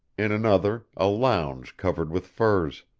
in another a lounge covered with furs,